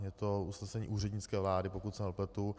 Je to usnesení úřednické vlády, pokud se nepletu.